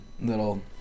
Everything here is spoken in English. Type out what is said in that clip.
little